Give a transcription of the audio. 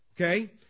Okay